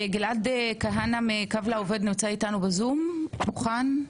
אלעד כהנא מקו לעובד נמצא איתנו בזום, בבקשה.